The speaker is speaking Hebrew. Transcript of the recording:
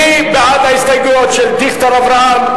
מי בעד ההסתייגויות של דיכטר אברהם,